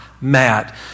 Matt